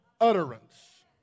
utterance